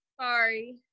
Sorry